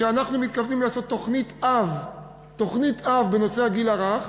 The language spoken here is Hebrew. שאנחנו מתכוונים לעשות תוכנית-אב בנושא הגיל הרך,